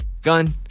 Gun